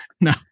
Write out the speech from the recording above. no